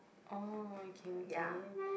oh okay okay